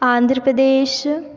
Andhra Pradesh